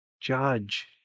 judge